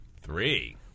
Three